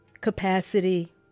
Capacity